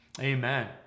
amen